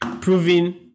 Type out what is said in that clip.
proving